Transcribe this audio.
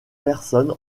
personne